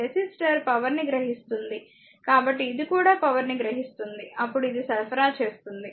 resistor power ని గ్రహిస్తుంది కాబట్టి ఇది కూడా పవర్ ని గ్రహిస్తుంది అప్పుడు ఇది సరఫరా చేస్తుంది